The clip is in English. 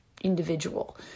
individual